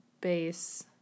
base